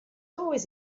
always